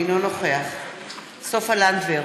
אינו נוכח סופה לנדבר,